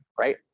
right